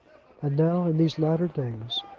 and now, in these latter days,